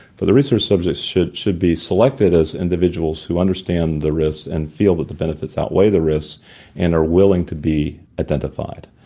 but the research subjects should should be selected as individuals who understand the risks and feel that the benefits outweigh the risks and are willing to be identified.